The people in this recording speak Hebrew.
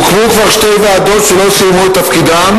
הוקמו כבר שתי ועדות שלא סיימו את תפקידן,